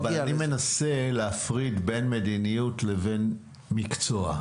לא, אבל אני מנסה להפריד בין מדיניות לבין מקצוע.